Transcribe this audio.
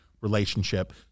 relationship